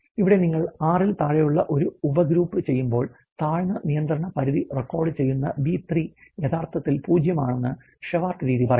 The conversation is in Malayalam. ഇവിടെ നിങ്ങൾ 6 ൽ താഴെയുള്ള ഒരു ഉപഗ്രൂപ്പ് ചെയ്യുമ്പോൾ താഴ്ന്ന നിയന്ത്രണ പരിധി റെക്കോർഡുചെയ്യുന്ന ബി 3 യഥാർത്ഥത്തിൽ 0 ആണെന്ന് ഷെവാർട്ട് രീതി പറയുന്നു